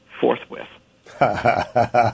forthwith